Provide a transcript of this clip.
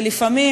שלפעמים,